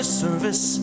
service